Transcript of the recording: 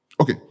Okay